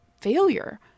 failure